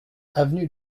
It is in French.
avenue